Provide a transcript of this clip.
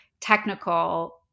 technical